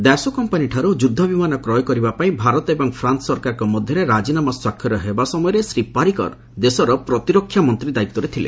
Dassault କମ୍ପାନୀଠାର୍ ଯୁଦ୍ଧବିମାନ କ୍ୟ କରିବା ପାଇଁ ଭାରତ ଏବଂ ଫାନ୍ସ ସରକାରଙ୍କ ମଧ୍ୟରେ ରାଜିନାମାନ ସ୍ୱାକ୍ଷର ହେଲାବେଳେ ଶ୍ୱୀ ପାରିକର ଦେଶର ପ୍ରତିରକ୍ଷା ମନ୍ତ୍ରୀ ଦାୟିତ୍ୱରେ ଥିଲେ